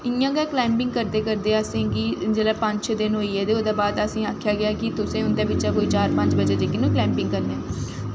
इ'यां गै कलाईंबिंग करदे करदे जिसलै असेंगी पंज छे दिन होई गे ते आखेआ गेआ कि तुसें उं'दे बिच्च दा चार पंज बच्चे कलाईंबिंग करनी